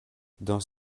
dans